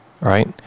right